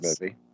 movie